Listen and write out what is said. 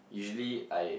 usually I